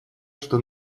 что